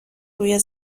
روی